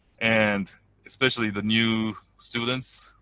and especially the new students,